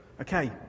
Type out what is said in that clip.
Okay